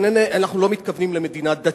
אנחנו לא מתכוונים למדינה דתית.